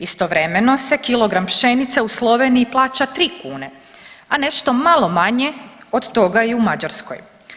Istovremeno se kilogram pšenice u Sloveniji plaća 3 kune, a nešto malo manje od toga i u Mađarskoj.